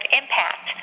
impact